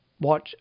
Watch